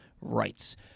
rights